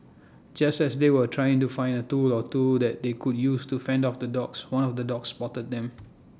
just as they were trying to find A tool or two that they could use to fend off the dogs one of the dogs spotted them